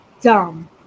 dumb